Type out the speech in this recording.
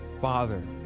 father